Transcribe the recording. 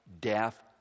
death